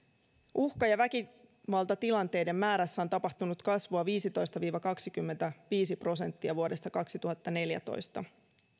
uhka ja väkivaltatilanteiden määrässä on tapahtunut kasvua viisitoista viiva kaksikymmentäviisi prosenttia vuodesta kaksituhattaneljätoista